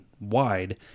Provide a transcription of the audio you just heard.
wide